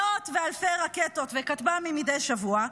מאות ואלפי רקטות וכטב"מים מדי שבוע,